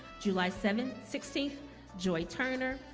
july seven sixteen joy turner,